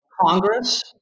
Congress